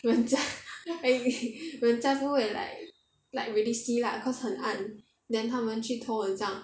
人家 eh 人家不会 like like really see lah cause 很暗 then 他们去偷很像